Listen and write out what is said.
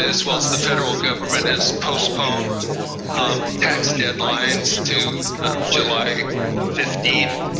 as well as the federal government has postponed um tax deadlines to july fifteenth.